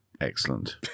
Excellent